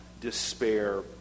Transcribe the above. despair